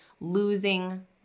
losing